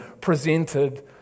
presented